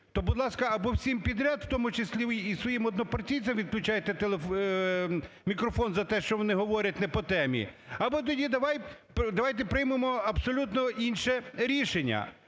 то, будь ласка: або всім підряд, в тому числі і своїм однопартійця виключайте мікрофон за те, що вони говорять не по темі; або тоді давайте приймемо абсолютно інше рішення.